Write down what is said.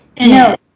No